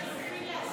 לחלופין, להסיר.